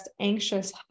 anxious